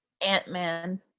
Ant-Man